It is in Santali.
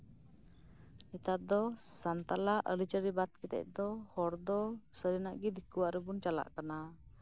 ᱱᱮᱛᱟᱨ ᱫᱚ ᱥᱟᱱᱛᱟᱞᱟᱜ ᱟᱹᱨᱤᱪᱟᱹᱞᱤ ᱵᱟᱫ ᱠᱟᱛᱮᱜ ᱫᱚ ᱦᱚᱲ ᱫᱚ ᱥᱟᱹᱨᱤᱱᱟᱜ ᱜᱮ ᱦᱚᱲ ᱫᱚ ᱫᱤᱠᱩᱱᱟᱜ ᱨᱮᱵᱚᱱ ᱪᱟᱞᱟᱜ ᱠᱟᱱᱟ